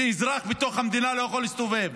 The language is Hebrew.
אזרח בתוך המדינה לא יכול להסתובב